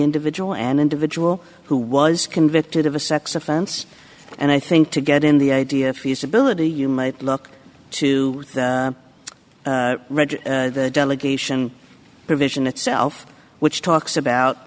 individual an individual who was convicted of a sex offense and i think to get in the idea of feasibility you might look to read the delegation provision itself which talks about